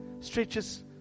stretches